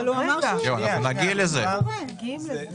הוא אמר שיגיד עוד מעט.